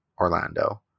Orlando